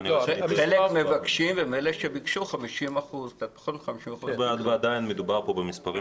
מתוך אלה המבקשים הם 50%. ועדיין מדובר פה במספרים